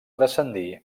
descendir